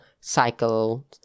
cycle